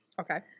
okay